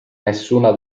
nessuna